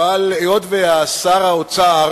אבל היות ששר האוצר